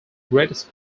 greatest